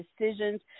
decisions